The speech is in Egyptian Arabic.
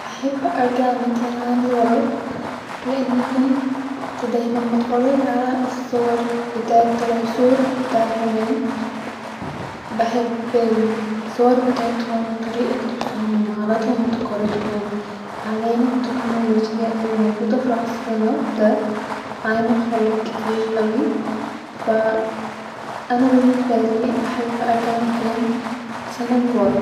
هحب ارجع متين عام لورا-لان كنت ديما بتفرج علي الصور بتاعت العصور بتاعت زمان-بحب الصور بتاعتهم-طريقه لبسهم-عادتهم وتقاليدهم-حاليا التيكنو-لوجيا الي موجوده في عصرنا دا-عامل خراب كتير اوي-فا انا بالنسبالي احب ارجع متين سنه لورا